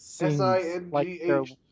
S-I-N-G-H